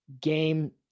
game